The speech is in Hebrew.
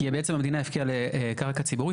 זה מאוד תלוי בהתקדמות שלנו.